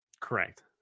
Correct